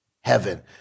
heaven